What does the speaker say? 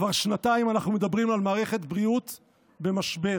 כבר שנתיים שאנחנו מדברים על מערכת בריאות במשבר,